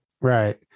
Right